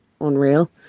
unreal